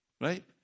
Right